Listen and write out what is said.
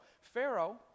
Pharaoh